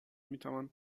میتوان